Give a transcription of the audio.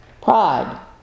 Pride